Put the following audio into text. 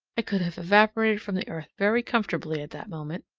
i could have evaporated from the earth very comfortably at that moment!